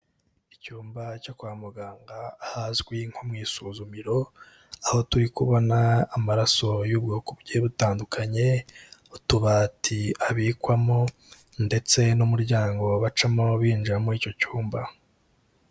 Icyumba cyo kwa muganga ahazwi nko mu isuzumiro, aho turi kubona amaraso y'ubwoko bugiye butandukanye, utubati abikwamo ndetse n'umuryango bacamo binjira muri icyo cyumba.